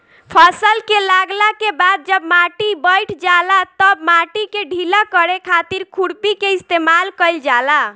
फसल के लागला के बाद जब माटी बईठ जाला तब माटी के ढीला करे खातिर खुरपी के इस्तेमाल कईल जाला